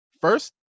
first